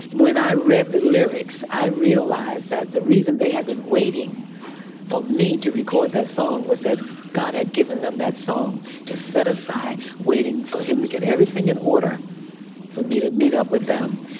when i read the lyrics, i realized that the reason they had been waiting for me to record that song was that god had given them that song to set aside waiting for him to get everything in order for me to meet up with them.